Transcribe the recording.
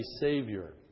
Savior